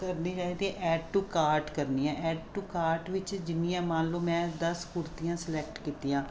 ਕਰਨੀ ਚਾਹੀਦੀ add to cart ਕਰਨੀ ਹੈ ਐਡ ਟੂ ਕਾਰਟ ਵਿੱਚ ਜਿੰਨੀਆਂ ਮੰਨ ਲਓ ਮੈਂ ਦਸ ਕੁੜਤੀਆਂ ਸਲੈਕਟ ਕੀਤੀਆਂ